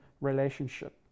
relationship